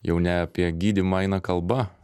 jau ne apie gydymą eina kalba